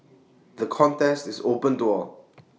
the contest is open to all